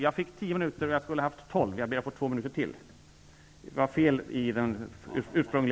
Jag fick tio minuter från början, men jag skulle ha haft tolv. Jag ber att få två minuter till.